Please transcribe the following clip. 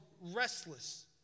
restless